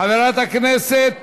חברת הכנסת